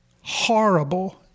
horrible